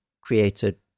created